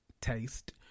taste